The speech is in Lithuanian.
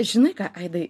žinai ką aidai